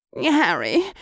Harry